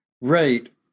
Right